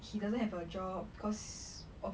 he doesn't have a job because of